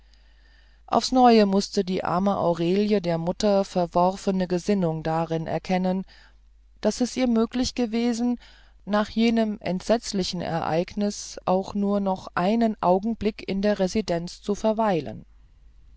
aufs neue mußte die arme aurelie der mutter verworfene gesinnung darin erkennen daß es ihr möglich gewesen nach jenem entsetzlichen ereignis auch nur noch einen augenblick in der residenz zu verweilen